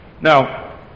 Now